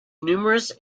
numerous